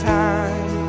time